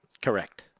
Correct